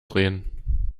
drehen